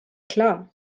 klar